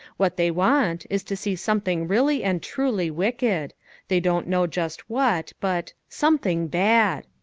what they want is to see something really and truly wicked they don't know just what, but something bad.